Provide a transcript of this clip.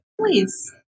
please